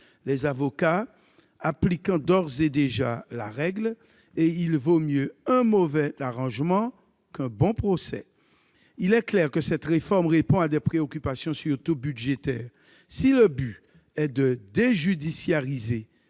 les avocats appliquant d'ores et déjà la règle suivant laquelle « il vaut mieux un mauvais arrangement qu'un bon procès ». Il est clair que cette réforme répond à des préoccupations surtout budgétaires. Si le but est de déjudiciariser,